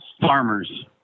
farmers